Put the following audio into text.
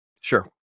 Sure